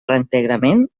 reintegrament